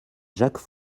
jacques